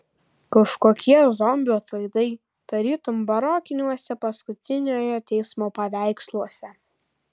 kažkokie zombių atlaidai tarytum barokiniuose paskutiniojo teismo paveiksluose